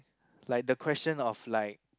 like the question of like